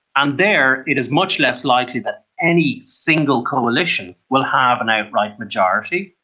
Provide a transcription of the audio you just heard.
and there it is much less likely that any single coalition will have an outright majority.